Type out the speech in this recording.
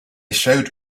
showed